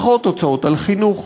פחות הוצאות על חינוך,